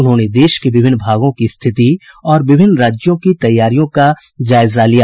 उन्होंने देश के विभिन्न भागों की स्थिति और विभिन्न राज्यों की तैयारियों का जायजा लिया